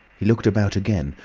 he looked about again,